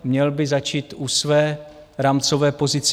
Měl by začít u své rámcové pozice.